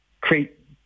create